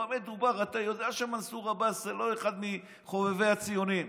אתה יודע שמנסור עבאס זה לא אחד מחובבי הציונים.